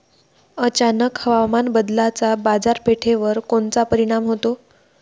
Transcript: अचानक हवामान बदलाचा बाजारपेठेवर कोनचा परिणाम होतो?